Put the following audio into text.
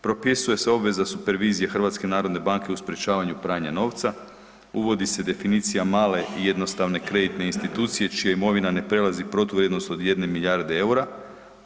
Propisuje se obveza supervizije HNB-a u sprječavanju pranja novca, uvodi se definicija male i jednostavne kreditne institucije čija imovina ne prelazi protuvrijednost od jedne milijarde EUR-a.